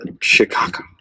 Chicago